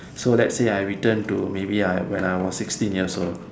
so let's say I return to maybe I when I was sixteen years old